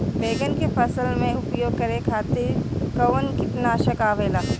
बैंगन के फसल में उपयोग करे खातिर कउन कीटनाशक आवेला?